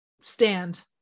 stand